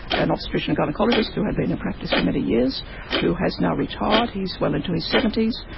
an obstetrician gynaecologist who had been in practice for many years who has now retired, he is well into his seventy s,